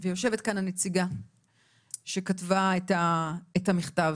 ויושבת כאן הנציגה שכתבה את המכתב.